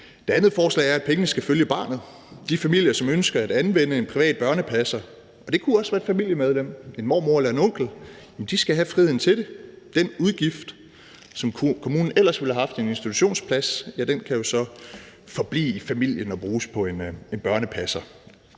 Det andet forslag er, at pengene skal følge barnet. De familier, som ønsker at anvende en privat børnepasser, og det kunne også være et familiemedlem – en mormor eller en onkel – skal have friheden til det. Den udgift, som kommunen ellers ville have haft i en institutionsplads, kan jo så forblive i familien og bruges på en børnepasser.